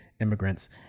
immigrants